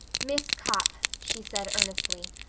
miss copp, she said earnestly.